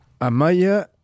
Amaya